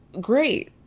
great